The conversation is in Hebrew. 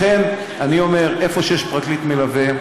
לכן אני אומר שבמקום שיש פרקליט מלווה,